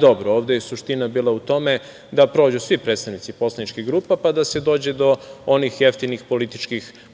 Dobro ovde je suština bila u tome da prođu svi predsednici poslaničkih grupa pa da se dođe do onih jeftinih političkih poena.